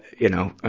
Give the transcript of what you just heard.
you know, ah,